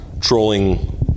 trolling